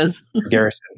garrison